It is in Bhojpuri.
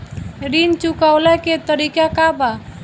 ऋण चुकव्ला के तरीका का बा?